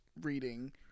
reading